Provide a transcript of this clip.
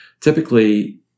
typically